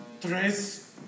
tres